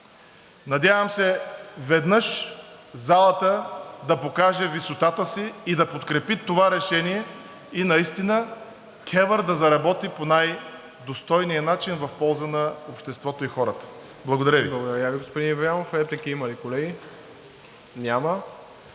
Надявам се веднъж залата да покаже висотата си и да подкрепи това решение и наистина КЕВР да заработи по най достойния начин в полза на обществото и хората. Благодаря Ви.